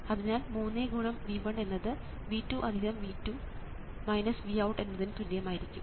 അതിനാൽ 3×V1 എന്നത് V2 V2 Vout എന്നതിന് തുല്യമായിരിക്കണം